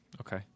Okay